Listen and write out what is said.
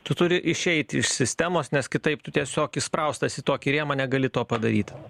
tu turi išeit iš sistemos nes kitaip tu tiesiog įspraustas į tokį rėmą negali to padaryt